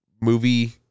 movie